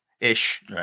ish